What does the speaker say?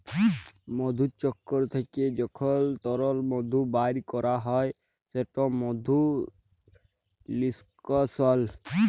মধুচক্কর থ্যাইকে যখল তরল মধু বাইর ক্যরা হ্যয় সেট মধু লিস্কাশল